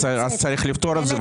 אז צריך לפתור את זה.